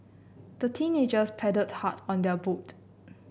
the teenagers paddled hard on their boat